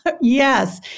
Yes